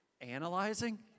analyzing